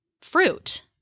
fruit